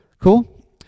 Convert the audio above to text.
Cool